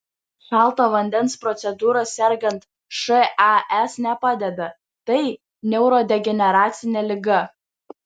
šalto vandens procedūros sergant šas nepadeda tai neurodegeneracinė liga